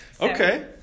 Okay